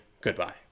Goodbye